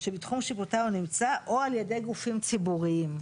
שבתחום שיפוטה הוא נמצא או על ידי גופים ציבוריים".